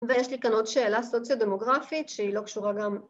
ויש לי כאן עוד שאלה סוציו-דמוגרפית שהיא לא קשורה גם